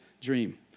dream